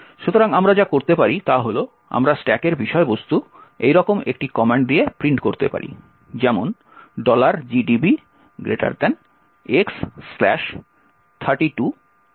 সুতরাং আমরা যা করতে পারি তা হল আমরা স্ট্যাকের বিষয়বস্তু এইরকম একটি কমান্ড দিয়ে প্রিন্ট করতে পারি যেমন gdb x32x esp